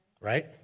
right